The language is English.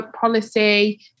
policy